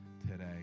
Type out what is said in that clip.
today